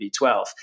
B12